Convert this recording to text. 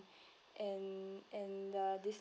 and and the